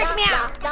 yeah me out.